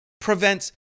prevents